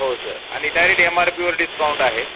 हो सर आणि direct M R पीवर डिस्काउंट आहे